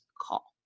call